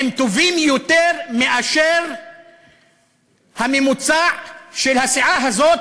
הם טובים יותר מהממוצע של הסיעה הזאת,